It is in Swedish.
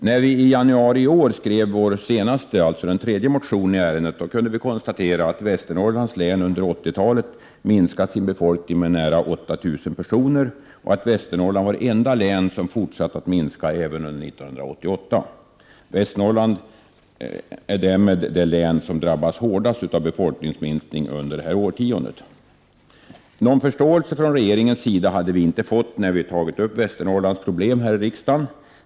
När vi i januari i år skrev vår tredje och senaste motion i ärendet kunde vi konstatera att Västernorrlands län under 80-talet minskat sin befolkning med nära 8 000 personer och att Västernorrland var det enda län som uppvisat en fortsatt befolkningsminskning även under 1988. Västernorrland är därmed det län som drabbats hårdast av befolkningsminskning under detta årtionde. Någon förståelse från regeringens sida har vi inte fått när vi tagit upp Västernorrlands problem här i riksdagen.